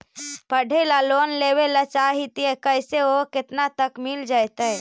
पढ़े ल लोन लेबे ल चाह ही त कैसे औ केतना तक मिल जितै?